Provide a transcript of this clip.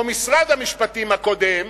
או משרד המשפטים הקודם,